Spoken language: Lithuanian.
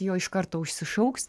jo iš karto užsišauks